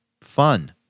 Fun